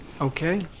Okay